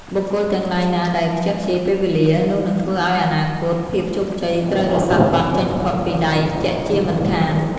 បុគ្គលទាំងឡាយណាដែលខ្ជះខ្ជាយពេលវេលា នោះនឹងធ្វើឲ្យអនាគត ភាពជោគជ័យត្រូវរសាត់បាត់ចេញផុតពីដៃជាក់ជាមិនខាន។